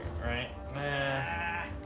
right